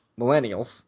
millennials